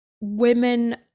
women